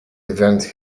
event